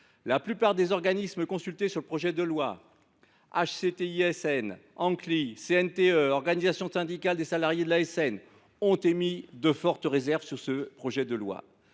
La plupart des organismes consultés sur le projet de loi – HCTISN, Anccli, CNTE, organisation syndicale des salariés de l’ASN… – ont émis de fortes réserves sur ce projet de loi.